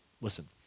Listen